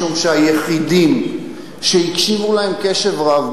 משום שהיחידים שהקשיבו להם קשב רב,